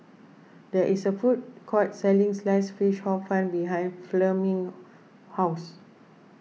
there is a food court selling Sliced Fish Hor Fun behind Fleming's house